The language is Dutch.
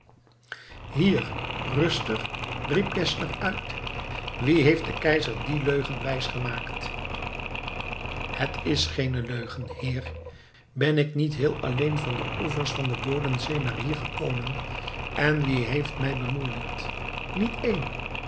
hier rustig riep geszler uit wie heeft den keizer die leugen wijsgemaakt het is geene leugen heer ben ik niet heel alleen van de oevers van de bodensee naar hier gekomen en wie heeft mij bemoeielijkt niet één